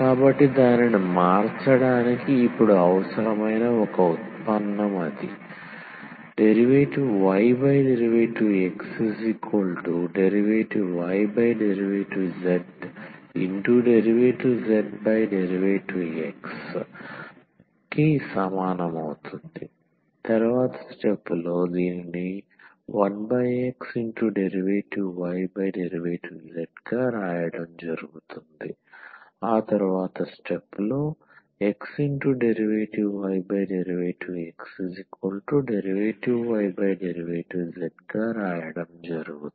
కాబట్టి దానిని మార్చడానికి ఇప్పుడు అవసరమైన ఒక ఉత్పన్నం అది dydxdydzdzdx 1xdydz ⟹xdydxdydz